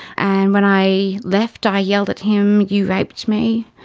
and when i left i yelled at him, you raped me!